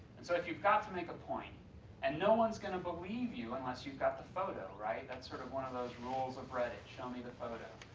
and so if you've got to make a point and no one's going to believe you unless you've got the photo, that's sort of one of those rules of reddit, show me the photo.